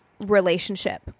relationship